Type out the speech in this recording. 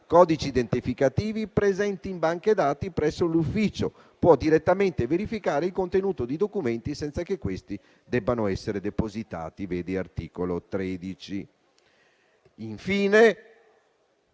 codici identificativi presenti in banche dati presso cui l'ufficio può direttamente verificare il contenuto di documenti senza che questi debbano essere depositati (articolo 13). Infine,